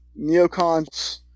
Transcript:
neocons